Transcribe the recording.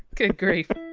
good grief